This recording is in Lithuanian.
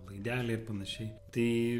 laideliai ar panašiai tai